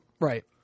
Right